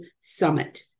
summit